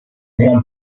gran